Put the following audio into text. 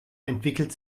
entwickelt